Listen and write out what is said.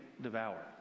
devour